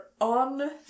on